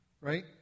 right